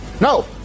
No